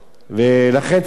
הבעיה, שזה לא מסתיים